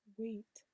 wait